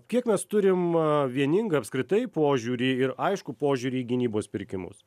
kiek mes turim vieningą apskritai požiūrį ir aiškų požiūrį į gynybos pirkimus